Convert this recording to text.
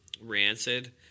rancid